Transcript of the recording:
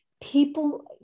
people